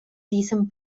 diesem